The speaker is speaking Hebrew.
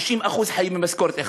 60% חיים ממשכורת אחת,